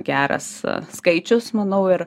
geras skaičius manau ir